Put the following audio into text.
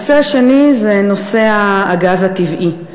הנושא השני זה נושא הגז הטבעי.